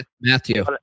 Matthew